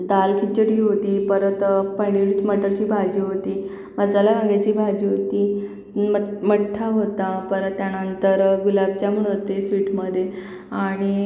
दाल खिचडी होती परत पनीर मटरची भाजी होती मसाला वांग्याची भाजी होती मट मठ्ठा होता परत त्यानंतर गुलाबजामुन होते स्वीटमधे आणि